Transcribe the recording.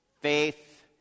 faith